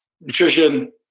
nutrition